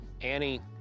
Annie